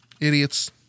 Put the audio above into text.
Idiots